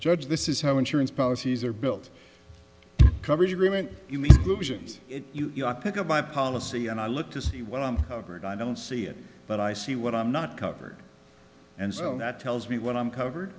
judge this is how insurance policies are built coverage agreement you pick up my policy and i look to see what i'm over it i don't see it but i see what i'm not covered and so that tells me what i'm covered